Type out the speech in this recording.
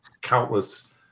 countless